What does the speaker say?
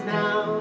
now